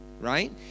right